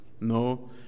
No